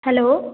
hello